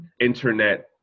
internet